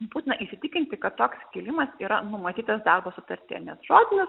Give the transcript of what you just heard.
būtina įsitikinti kad toks kilimas yra numatytas darbo sutartyje nes žodinis